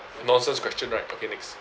nonsense question right okay next